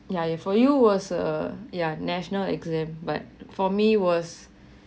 ya you for you was a ya national exam but for me was